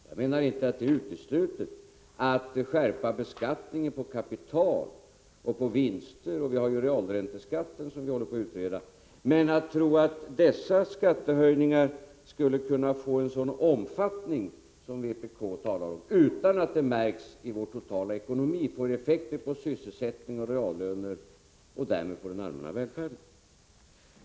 Jag menar inte att det är uteslutet att skärpa beskattningen på kapital och På vinster — vi håller ju på att utreda realränteskatten. Men man får inte tro att dessa skattehöjningar skulle kunna få en sådan omfattning som vpk talar om utan att det skulle märkas i vår totala ekonomi och få effekter på sysselsättning, reallöner och därmed på den allmänna välfärden.